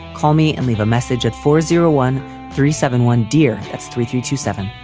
call me and leave a message at four zero one three seven one, dear. that's three three two seven.